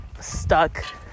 stuck